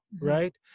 right